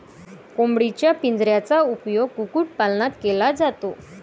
कोंबडीच्या पिंजऱ्याचा उपयोग कुक्कुटपालनात केला जातो